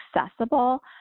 accessible